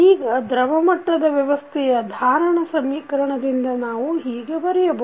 ಈಗ ದ್ರವ ಮಟ್ಟದ ವ್ಯವಸ್ಥೆಯ ಧಾರಣದ ಸಮೀಕರಣದಿಂದ ನಾವು ಹೀಗೆ ಬರೆಯಬಹುದು